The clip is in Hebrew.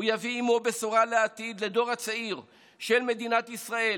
הוא יביא עימו בשורה לעתיד לדור הצעיר של מדינת ישראל,